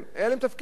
הם היו שרים,